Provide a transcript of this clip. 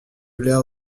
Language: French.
l’air